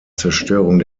zerstörung